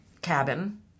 cabin